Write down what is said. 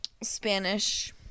Spanish